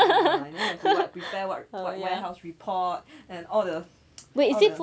ya and then you have to what prepare what what warehouse report then all the all the